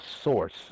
source